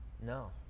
No